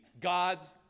God's